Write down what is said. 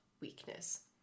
weakness